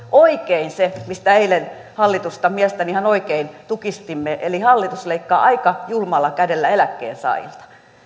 oikein se mistä eilen hallitusta mielestäni ihan oikein tukistimme eli että hallitus leikkaa aika julmalla kädellä eläkkeensaajilta